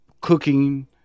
cooking